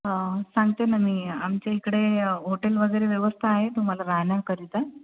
हां सांगते ना मी आमच्या इकडे हॉटेल वगैरे व्यवस्था आहे तुम्हाला राहण्याकरिता